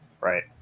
right